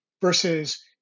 versus